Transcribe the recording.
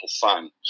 fun